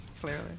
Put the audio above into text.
Clearly